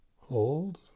Hold